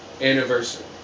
anniversary